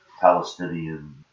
Palestinian